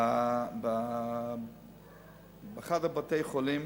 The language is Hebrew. באחד מבתי-החולים,